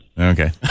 Okay